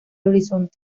horizonte